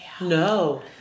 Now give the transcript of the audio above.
No